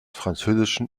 französischen